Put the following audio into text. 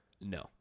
no